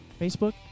Facebook